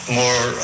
more